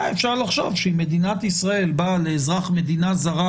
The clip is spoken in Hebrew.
היה אפשר לחשוב שאם מדינת ישראל באה לאזרח מדינה זרה,